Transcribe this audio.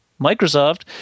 Microsoft